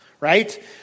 right